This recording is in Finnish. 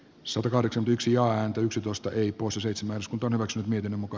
sota kahdeksan yksi ääntä yksitoista y busy seitsemäns kun panokset miten muka